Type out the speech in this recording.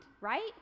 Right